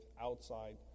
outside